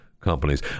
companies